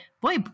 boy